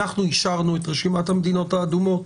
אנחנו אישרנו את רשימת המדינות האדומות.